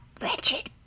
wretched